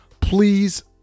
please